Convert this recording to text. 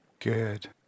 Good